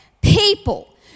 people